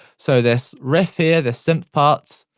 so this reth here, the synth parts,